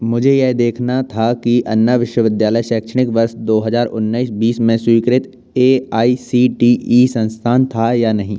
मुझे यह देखना था कि अन्ना विश्वविद्यालय शैक्षणिक वर्ष दो हजार उन्नीस बीस में स्वीकृत A I C T E संस्थान था या नहीं